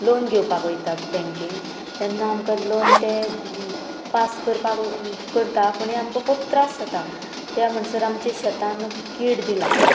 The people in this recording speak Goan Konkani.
लोन घेवपाक वयता बँकेन तेन्ना आमकां लोन ते पास करपाक करता पूण आमकां खूब त्रास जाता त्या म्हणसर आमच्या शेतान कीड बी लागता